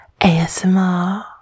ASMR